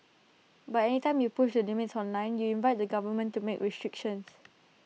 but any time you push the limits online you invite the government to make restrictions